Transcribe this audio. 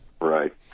Right